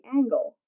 angle